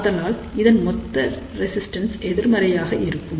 ஆதலால் இதன் மொத்த ரெசிஸ்டன்ஸ் எதிர்மறையாக இருக்கும்